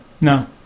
No